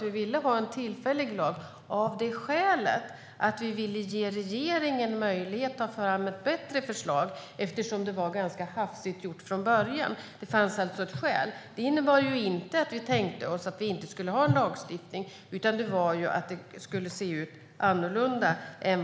Vi ville ha en tillfällig lag av det skälet att vi ville ge regeringen möjlighet att ta fram ett bättre förslag, eftersom det var ganska hafsigt gjort från början. Det fanns alltså ett skäl. Det innebar inte att vi tänkte oss att vi inte skulle ha en lagstiftning, utan skälet var att den skulle se annorlunda ut.